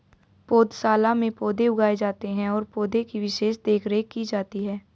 पौधशाला में पौधे उगाए जाते हैं और पौधे की विशेष देखरेख की जाती है